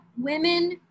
women